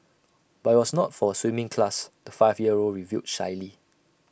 but IT was not for A swimming class the five year old revealed shyly